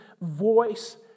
voice